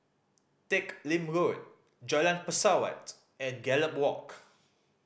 Teck Lim Road Jalan Pesawat and Gallop Walk